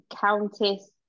Countess